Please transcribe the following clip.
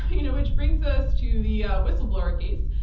you know which brings us to the yeah whistleblower case,